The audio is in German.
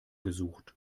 gesucht